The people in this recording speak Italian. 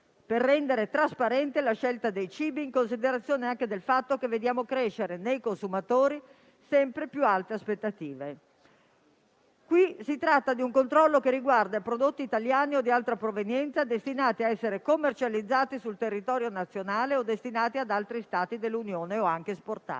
per rendere trasparente la scelta dei cibi, in considerazione anche del fatto che vediamo crescere nei consumatori sempre più alte aspettative. Qui si tratta di un controllo che riguarda prodotti italiani o di altra provenienza destinati a essere commercializzati sul territorio nazionale o destinati ad altri Stati dell'Unione o anche esportati.